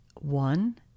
One